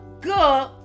good